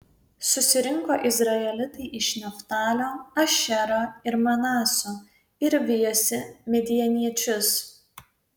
susirinko izraelitai iš neftalio ašero ir manaso ir vijosi midjaniečius